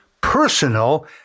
personal